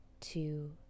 two